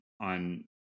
on